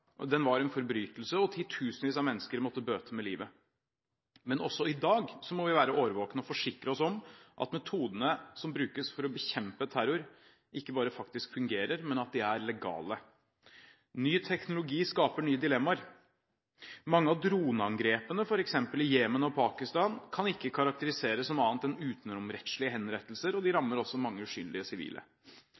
den var en forbrytelse, og titusenvis av mennesker måtte bøte med livet. Men også i dag må vi være årvåkne og forsikre oss om at metodene som brukes for å bekjempe terror, ikke bare faktisk fungerer, men at de er legale. Ny teknologi skaper nye dilemmaer. Mange av droneangrepene, f.eks. i Jemen og Pakistan, kan ikke karakteriseres som annet enn utenomrettslige henrettelser, og de rammer også mange uskyldige sivile.